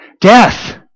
Death